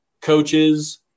coaches